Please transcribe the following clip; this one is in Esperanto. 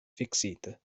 fiksita